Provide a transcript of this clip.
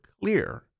clear